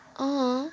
अँ